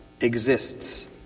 exists